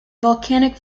volcanic